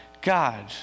God